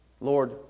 Lord